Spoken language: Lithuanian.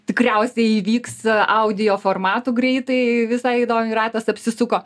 tikriausiai įvyks audio formatu greitai visai įdomiai ratas apsisuko